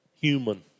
human